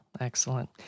excellent